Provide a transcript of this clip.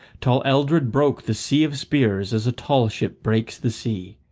tall eldred broke the sea of spears as a tall ship breaks the sea.